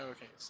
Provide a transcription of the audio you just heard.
Okay